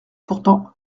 pourtant